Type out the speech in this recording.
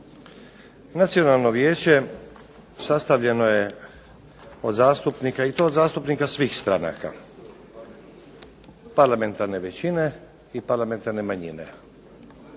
Nacionalno vijeće sastavljeno je od zastupnika i to od zastupnika svih stranaka parlamentarne većine i parlamentarne manjine.